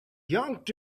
yanked